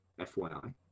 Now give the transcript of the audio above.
FYI